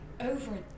over